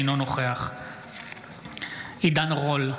אינו נוכח עידן רול,